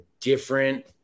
different